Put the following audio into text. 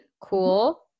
Cool